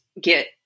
get